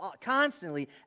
constantly